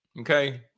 okay